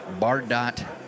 Bardot